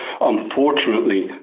Unfortunately